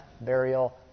burial